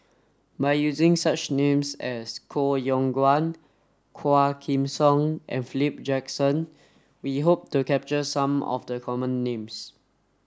by using names such as Koh Yong Guan Quah Kim Song and Philip Jackson we hope to capture some of the common names